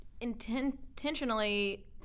intentionally